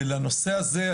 ולנושא הזה,